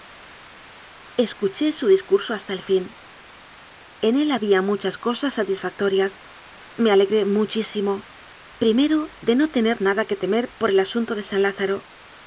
escuché su discurso hasta el fin en él había mu chas cosas satisfactorias me alegré muchísimo primero de no tener nada oue temer por el asunto de san lázaro